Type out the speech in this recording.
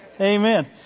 Amen